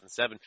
2007